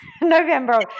November